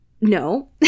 no